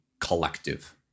collective